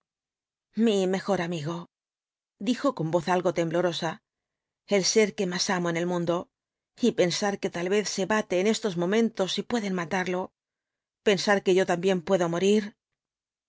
mi mejor amigo dijo con voz algo temblorosa el ser que más amo en el mundo y pensar que tal vez se bate en estos momentos y pueden matarlo pensar que yo también puedo morir